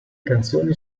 canzoni